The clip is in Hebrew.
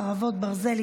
חרבות ברזל),